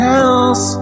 else